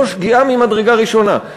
זו שגיאה ממדרגה ראשונה.